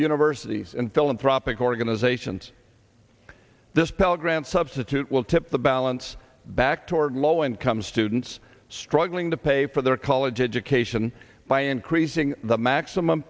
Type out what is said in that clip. universities and philanthropic organizations this pell grant substitute will tip the balance back toward low income students struggling to pay for their college education by increasing the maximum